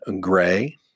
Gray